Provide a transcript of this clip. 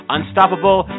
Unstoppable